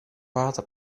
water